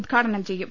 ഉദ്ഘാടനം ചെയ്യും